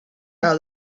how